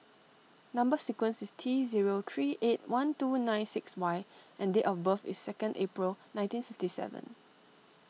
Number Sequence is T zero three eight one two nine six Y and date of birth is second April nineteen fifty seven